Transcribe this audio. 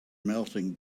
melting